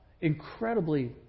incredibly